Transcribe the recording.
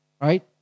right